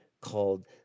called